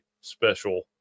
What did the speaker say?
special